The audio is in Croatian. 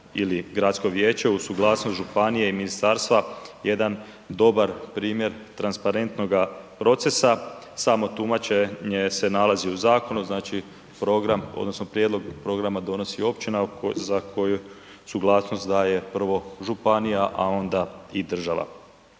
ili gradsko vijeće uz suglasnost županije i ministarstva jedan dobar primjer transparentnoga procesa. Samo tumačenje se nalazi u zakonu, program odnosno prijedlog programa donosi općina za koju suglasnost daje prvo županija, a onda i država.